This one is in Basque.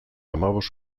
hamabost